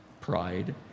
pride